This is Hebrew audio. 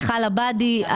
מיכל עבאדי,